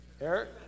Eric